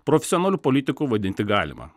profesionaliu politiku vadinti galima